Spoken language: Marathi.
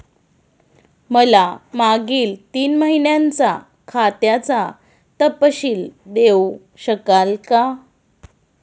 मला मागील तीन महिन्यांचा खात्याचा तपशील देऊ शकाल का?